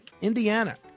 Indiana